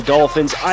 Dolphins